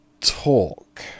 talk